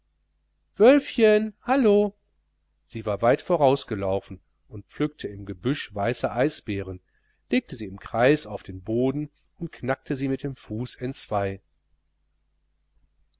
wölfchen hallo sie war weit voraufgelaufen und pflückte im gebüsch weiße eisbeeren legte sie im kreis auf den boden und knackte sie mit dem fuß entzwei